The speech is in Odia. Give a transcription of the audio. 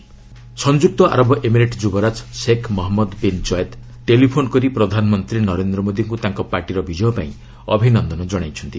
ୟୁଏଇ କ୍ରାଉନ୍ ପ୍ରିନ୍ସ ସଂଯୁକ୍ତ ଆରବ ଏମିରେଟ୍ ଯୁବରାଜ Sheikh Mohammed bin Zayed telephone କରି ପ୍ରଧାନମନ୍ତ୍ରୀ ନରେନ୍ଦ୍ର ମୋଦିଙ୍କୁ ତାଙ୍କ ପାର୍ଟିର ବିଜୟ ପାଇଁ ଅଭିନନ୍ଦନ ଜଣାଇଛନ୍ତି